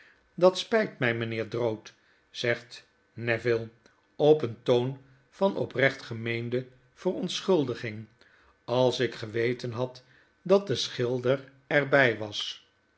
dat spit my mynheer drood zegt neville op een toon van oprecht gemeende verontschuldiging b als ik geweten had dat de schilder er bij was